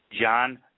John